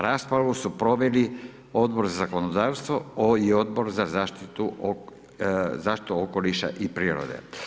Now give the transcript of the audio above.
Raspravu su proveli Odbor za zakonodavstvo i Odbor za zaštitu okoliša i prirode.